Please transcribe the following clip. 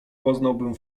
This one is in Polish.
poznałbym